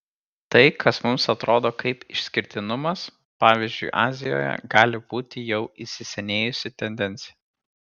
tai kas mums atrodo kaip išskirtinumas pavyzdžiui azijoje gali būti jau įsisenėjusi tendencija